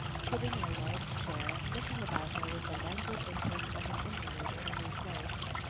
sitting in a large chair, looking about her with the languid interest of an invalid in a new place.